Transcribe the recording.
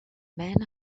men